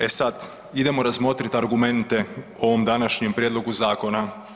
E sad, idemo razmotriti argumente o ovom današnjem prijedlogu zakona.